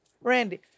Randy